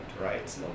right